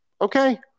Okay